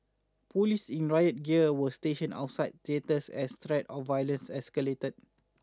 police in riot gear were stationed outside theatres as threats of violence escalated